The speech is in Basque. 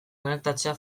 konektatzea